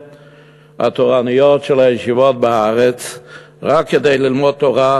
התורניות של הישיבות בארץ רק כדי ללמוד תורה,